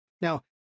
Now